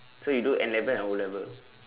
so you do N-level and O-level